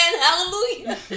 Hallelujah